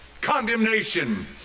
condemnation